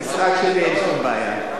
עם המשרד שלי אין שום בעיה.